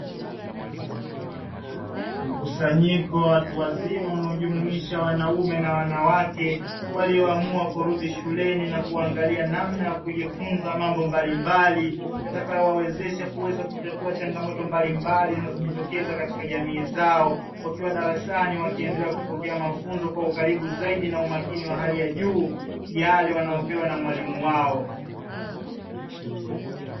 Mkusanyiko wa watu wazima wanaojumuisha wanaume na wanawake, walioamua kurudi shuleni na kuangalia namna ya kujifunza mambo mbalimbali, yatakayowawezesha kuweza kutatua changamoto mbalimbali zinazojitokeza katika jamii zao wakiwa darasani wakiendelea kupokea mafunzo kwa ukaribu zaidi na umakini wa hali ya juu, yale wanaopewa na mwalimu wao.